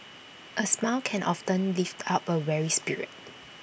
A smile can often lift up A weary spirit